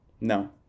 no